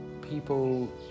people